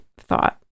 thought